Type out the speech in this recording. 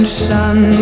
sun